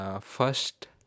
first